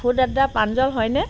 food adda Pranjal হয়নে